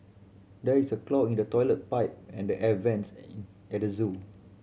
there is a clog in the toilet pipe and the air vents at the zoo